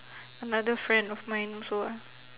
another friend of mine also ah